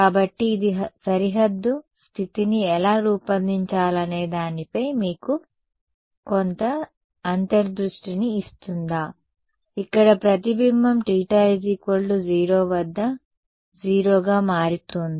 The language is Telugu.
కాబట్టి ఇది సరిహద్దు స్థితిని ఎలా రూపొందించాలనే దానిపై మీకు కొంత అంతర్దృష్టిని ఇస్తుందా ఇక్కడ ప్రతిబింబం θ 0 వద్ద 0 గా మారుతోంది